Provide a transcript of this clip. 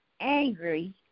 angry